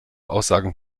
aussagen